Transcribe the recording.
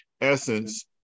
essence